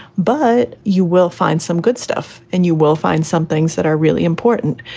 but you will find some good stuff and you will find some things that are really important.